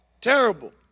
Terrible